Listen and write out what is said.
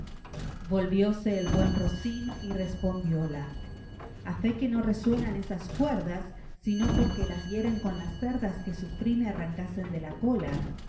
intestinos volvióse el buen rocín y respondióla a fe que no resuenan esas cuerdas sino porque las hieren con las cerdas que sufrí me arrancasen de la cola